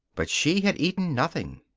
but she had eaten nothing.